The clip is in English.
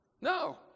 No